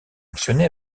actionné